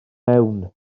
mewn